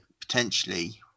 potentially